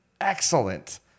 excellent